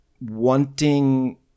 wanting